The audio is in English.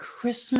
Christmas